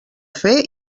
fer